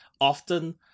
often